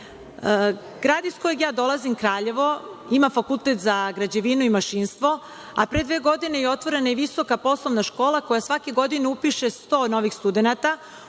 iz kojeg ja dolazim, Kraljevo, ima fakultet za građevinu i mašinstvo, a pre dve godine je otvorena i visoka Poslovna škola koja svake godine upiše 100 novih studenata,